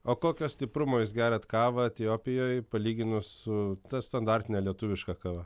o kokio stiprumo jūs geriat kavą etiopijoj palyginus su ta standartine lietuviška kava